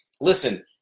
Listen